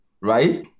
right